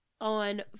on